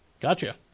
Gotcha